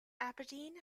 aberdeen